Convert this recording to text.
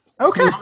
Okay